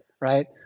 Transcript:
right